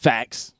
Facts